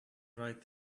right